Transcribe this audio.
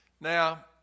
Now